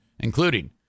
including